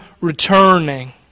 returning